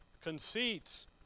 Conceits